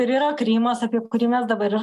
ir yra krymas apie kurį mes dabar ir